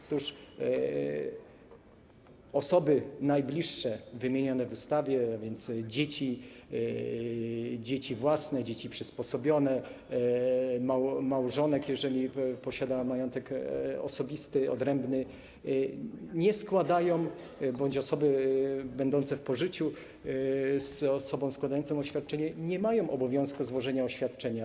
Otóż osoby najbliższe wymienione w ustawie, a więc dzieci - dzieci własne, dzieci przysposobione - małżonek, jeżeli posiada majątek osobisty odrębny, bądź osoby będące w pożyciu z osobą składającą oświadczenie nie mają obowiązku złożenia oświadczenia.